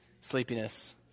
sleepiness